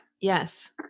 Yes